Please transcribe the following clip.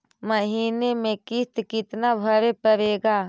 महीने में किस्त कितना भरें पड़ेगा?